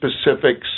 specifics